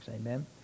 Amen